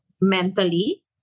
mentally